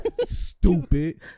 Stupid